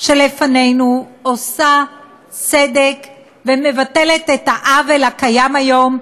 שלפנינו עושה צדק ומבטלת את העוול הקיים היום,